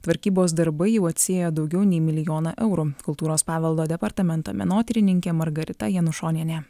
tvarkybos darbai jau atsiėjo daugiau nei milijoną eurų kultūros paveldo departamento menotyrininkė margarita janušonienė